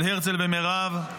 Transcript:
של הרצל ומירב,